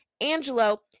Angelo